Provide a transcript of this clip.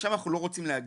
ולשם אנחנו לא רוצים להגיע.